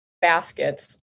baskets